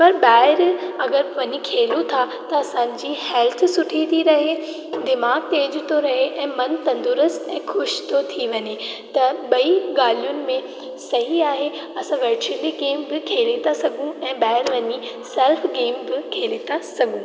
पर ॿाहिरि अगरि वञी खेलू था त असांजी हैल्थ सुठी थी रहे दिमाग़ु तेज़ु थो रहे ऐं मनु तंदुरस्त ऐं ख़ुशि थो थी वञे त ॿई ॻाल्हियुनि में सही आहे असां वरचुअली गेम बि खेली था सघूं ऐं ॿाहिरि वञी सेल्फ गेम बि खेली था सघूं